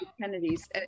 Kennedys